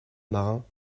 marin